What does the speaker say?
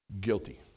Guilty